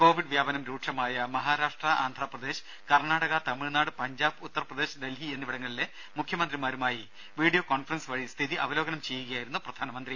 Covid വ്യാപനം രൂക്ഷമായ മഹാരാഷ്ട്ര ആന്ധ്രാപ്രദേശ് കർണാടക തമിഴ്നാട് പഞ്ചാബ് ഉത്തർ പ്രദേശ് ഡൽഹി എന്നിവിടങ്ങളിലെ മുഖ്യമന്ത്രിമാരുമായി വീഡിയോ കോൺഫറൻസ് വഴി സ്ഥിതി അവലോകനം ചെയ്യുകയായിരുന്നു പ്രധാനമന്ത്രി